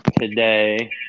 today